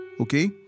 Okay